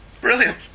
Brilliant